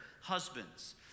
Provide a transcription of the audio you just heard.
husbands